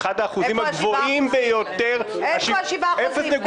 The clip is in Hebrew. אחד האחוזים הגבוהים ביותר --- איפה שבעת האחוזים הנותרים?